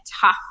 tough